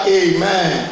amen